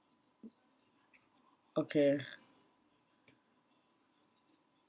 okay